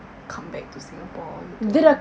come back to singapore gitu